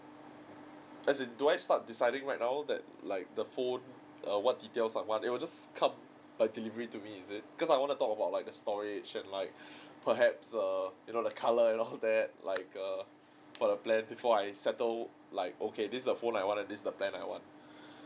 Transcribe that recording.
as in do I start deciding right now that like the phone err what details I want it will just come by delivery to me is it because I wanna talk about like the storage and like perhaps err you know like colour and all that like a per plan before I settle like okay this is the phone I want this is the plan I want